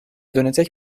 dönecek